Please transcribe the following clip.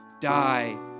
die